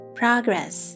progress